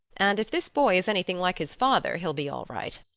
and if this boy is anything like his father he'll be all right.